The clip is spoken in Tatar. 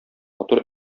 матур